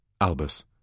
Albus